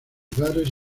bares